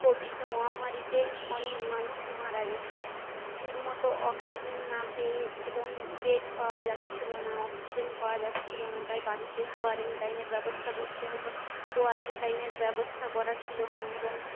Covid মহামারিতে অনেক মানুষ মারা গেছে ঠিকমতো অক্সিজেন না পেয়ে এবং বেড পাওয়া যাচ্ছিল না অক্সিজেন পাওয়া যাচ্ছিল না তাই বাড়িতেই কোয়ারেন্টাইনের ব্যবস্থা করতে হত কোয়ারেন্টাইনের ব্যবস্থা করা ছিল না এবং